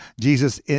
Jesus